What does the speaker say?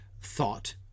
thought